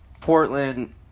Portland